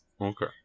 Okay